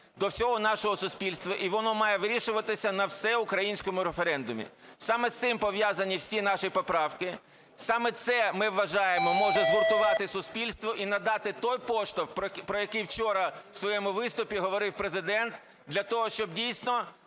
до всього нашого суспільства. І воно має вирішуватися на всеукраїнському референдумі. Саме з цим пов'язані всі наші поправки, саме це ми вважаємо може згуртувати суспільство і надати той поштовх, про який вчора у своєму виступі говорив Президент для того, щоб дійсно